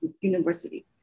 University